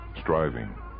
striving